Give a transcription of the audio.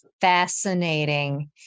fascinating